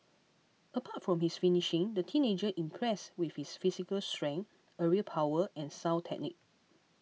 apart from his finishing the teenager impressed with his physical strength aerial power and sound technique